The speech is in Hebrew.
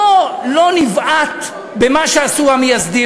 בואו לא נבעט במה שעשו המייסדים,